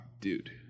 Dude